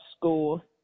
school